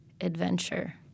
adventure